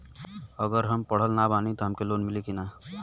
अगर हम पढ़ल ना बानी त लोन मिली कि ना?